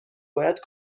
باید